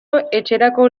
etxerako